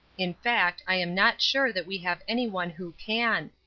in fact, i am not sure that we have anyone who can.